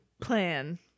plan